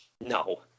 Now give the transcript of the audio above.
No